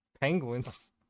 Penguins